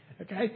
Okay